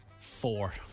Four